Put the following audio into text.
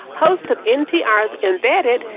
host of npr's embedded,